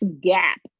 gap